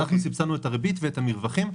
אנחנו סבסדנו את הריבית ואת המרווחים.